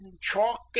chalk